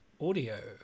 audio